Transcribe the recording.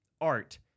art